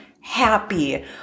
happy